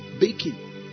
Baking